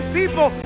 people